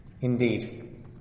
Indeed